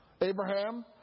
Abraham